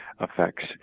effects